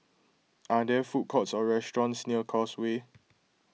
are there food courts or restaurants near Causeway